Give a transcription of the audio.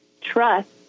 trust